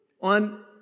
on